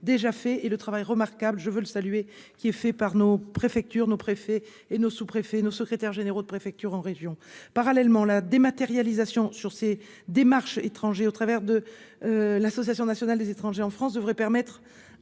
déjà fait et le travail remarquable, je veux le saluer, qui est fait par nos préfectures nos préfets et nos sous-préfet nos secrétaires généraux de préfecture en région parallèlement la dématérialisation sur ces démarches étranger au travers de. L'association nationale des étrangers en France devrait permettre